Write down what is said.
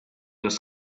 was